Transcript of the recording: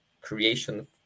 creation